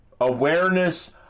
Awareness